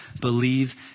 Believe